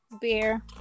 Beer